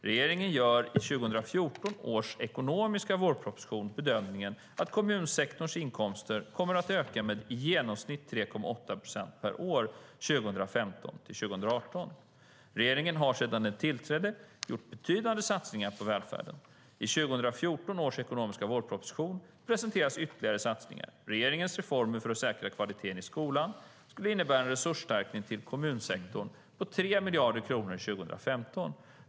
Regeringen gör i 2014 års ekonomiska vårproposition bedömningen att kommunsektorns inkomster kommer att öka med i genomsnitt 3,8 procent per år 2015-2018. Regeringen har sedan den tillträdde gjort betydande satsningar på välfärden. I 2014 års ekonomiska vårproposition presenteras ytterligare satsningar. Regeringens reformer för att säkra kvaliteten i skolan skulle innebära en resursförstärkning till kommunsektorn på 3 miljarder kronor 2015.